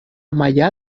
maià